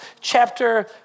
chapter